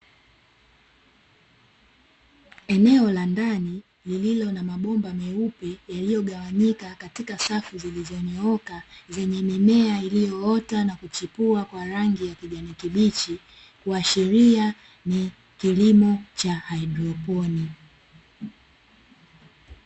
Eneo la ndani lililo na mabomba meupe yaliyogawanyika katika safu zilizonyooka, zenye mimea iliyoota na kuchipua kwa rangi ya kijani kibichi; kuashiria ni kilimo cha haidroponi.